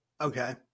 Okay